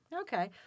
Okay